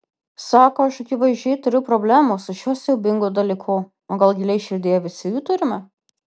sako aš akivaizdžiai turiu problemų su šiuo siaubingu dalyku o gal giliai širdyje visi jų turime